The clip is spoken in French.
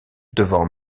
devant